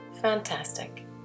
fantastic